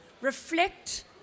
reflect